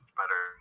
better